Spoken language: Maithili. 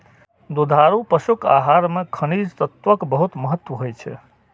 दुधारू पशुक आहार मे खनिज तत्वक बहुत महत्व होइ छै